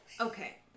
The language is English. okay